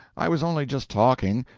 i was only just talking.